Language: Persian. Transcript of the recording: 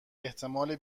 احتمال